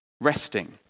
resting